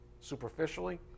superficially